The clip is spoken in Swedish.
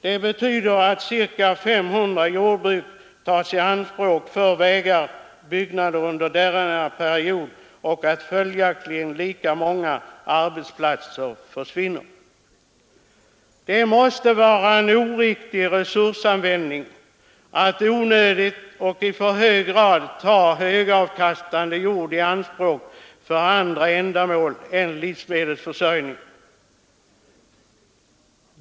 Det betyder att ca 500 jordbruk tas i anspråk för vägar och byggande under denna period och att följaktligen lika många arbetsplatser försvinner. Det måste vara en oriktig resursanvändning att onödigt ta högavkastande jord i anspråk för andra ändamål än livsmedelsproduktion.